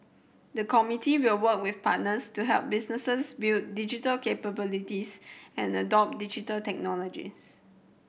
the committee will work with partners to help businesses build digital capabilities and adopt Digital Technologies